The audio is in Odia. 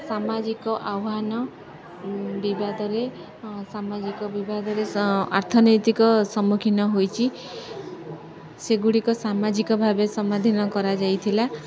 ସାମାଜିକ ଆହ୍ୱାନ ବିବାଦରେ ସାମାଜିକ ବିବାଦରେ ଆର୍ଥନୈତିକ ସମ୍ମୁଖୀନ ହୋଇଛି ସେଗୁଡ଼ିକ ସାମାଜିକ ଭାବେ ସମାଧୀନ କରାଯାଇଥିଲା